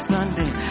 Sunday